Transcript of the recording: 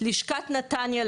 לשכת נתניה,